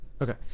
Okay